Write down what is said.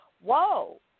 whoa